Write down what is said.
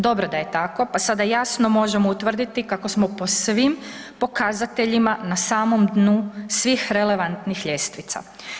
Dobro da je tako, pa sada jasno možemo utvrditi kako smo po svim pokazateljima na samom dnu svih relevantnih ljestvica.